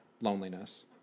loneliness